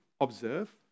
observe